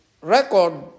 record